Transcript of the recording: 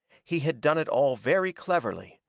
he had done it all very cleverly.